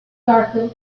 garfield